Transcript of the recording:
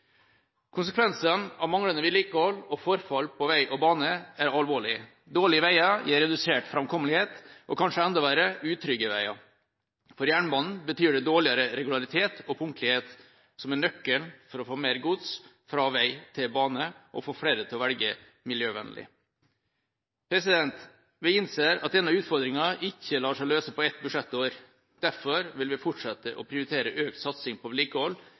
Konsekvensene av manglende vedlikehold og forfall på vei og bane er alvorlige. Dårlige veier gir redusert framkommelighet og, kanskje enda verre, utrygge veier. For jernbanen betyr det dårligere regularitet og punktlighet, som er nøkkelen til å få mer gods fra vei til bane, og få flere til velge miljøvennlig. Vi innser at denne utfordringen ikke lar seg løse på ett budsjettår. Derfor vil vi fortsette å prioritere økt satsing på vedlikehold